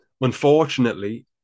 Unfortunately